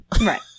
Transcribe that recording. Right